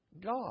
God